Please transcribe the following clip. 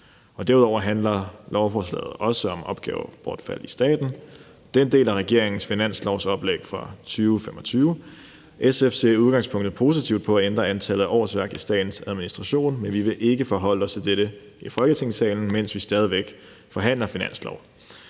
Derudover handler lovforslaget også om opgavebortfald i staten. Det er en del af regeringens finanslovsforslag for 2025. SF ser i udgangspunktet positivt på at ændre antallet af årsværk i statens administration, men vi vil ikke forholde os til dette i Folketingssalen, mens vi stadig væk forhandler finanslov.